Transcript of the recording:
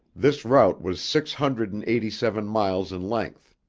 this route was six hundred and eighty-seven miles in length.